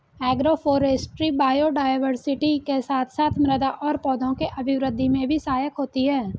agroforestry biodiversity के साथ साथ मृदा और पौधों के अभिवृद्धि में भी सहायक होती है